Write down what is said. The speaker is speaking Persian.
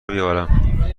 بیاورم